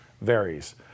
varies